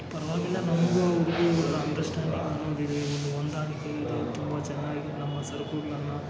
ಪರವಾಗಿಲ್ಲ ನಮಗೂ ಅವ್ರಿಗೂ ಎಲ್ಲ ಅಂಡ್ರ್ಸ್ಟ್ಯಾಂಡಿಂಗ್ ಅನ್ನೋದು ಇದೆ ಈ ಹೊಂದಾಣಿಕೆಯಿದೆ ತುಂಬ ಚೆನ್ನಾಗಿ ನಮ್ಮ ಸರಕುಗಳನ್ನ